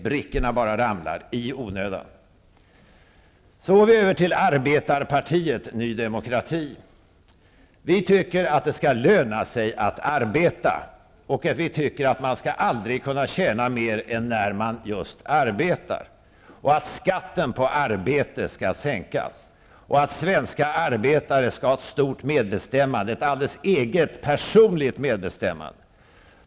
Brickorna bara ramlar, i onödan. Så går vi över till arbetarpartiet Ny demokrati. Vi tycker att det skall löna sig att arbeta, och vi tycker att man aldrig skall tjäna mer än just när man arbetar. Skatten på arbete skall sänkas, och svenska arbetare skall ha ett alldeles eget personligt medbestämmande.